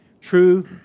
True